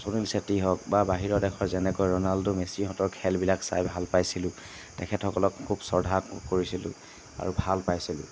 চুনীল চেত্ৰী হওক বা বাহিৰৰ দেশৰ যেনেকৈ ৰ'নাল্ড' মেছিহঁতৰ খেলবিলাক চাই ভাল পাইছিলোঁ তেখেতসকলক খুব শ্ৰদ্ধা কৰিছিলোঁ আৰু ভাল পাইছিলোঁ